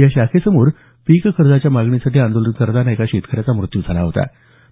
या शाखेसमोर पीक कर्जाच्या मागणीसाठी आंदोलन करताना एका शेतकऱ्याचा मृत्यू झाला होता